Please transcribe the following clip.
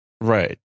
right